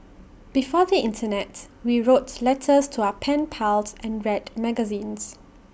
before the Internet we wrote letters to our pen pals and read magazines